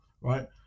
right